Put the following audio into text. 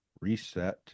reset